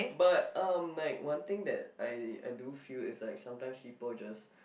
but um like one thing that I I do feel is like sometimes people just